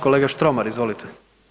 Kolega Štromar, izvolite.